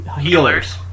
healers